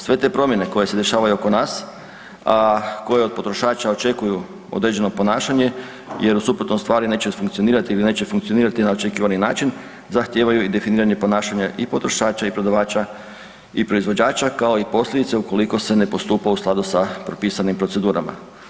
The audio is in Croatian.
Sve te promjene koje se dešavaju oko nas a koje od potrošača očekuju određeno ponašanje jer u suprotnom stvari neće funkcionirati ili neće funkcionirati na očekivani način, zahtijevaju i definiranje ponašanja i potrošača i prodavača i proizvođača, kao i posljedice ukoliko se ne postupa u skladu sa propisanim procedurama.